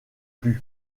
plus